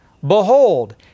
behold